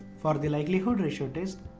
for the likelihood-ratio test,